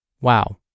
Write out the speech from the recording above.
wow